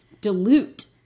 dilute